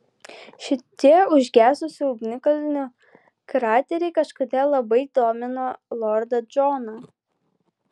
šitie užgesusių ugnikalnių krateriai kažkodėl labai domino lordą džoną